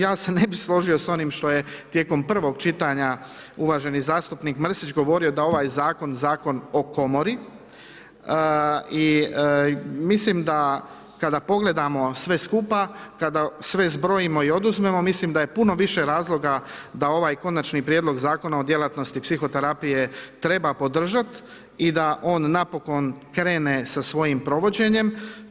Ja se ne bih složio s onim što je tijekom prvog čitanja uvaženi zastupnik Mrsić govorio da ovaj Zakon, Zakon o Komori i mislim da kada pogledamo sve skupa, kada sve zbrojimo i oduzmemo, mislim da je puno više razloga da ovaj Konačni prijedlog Zakona o djelatnosti psihoterapije treba podržati i da on napokon krene sa svojim provođenjem.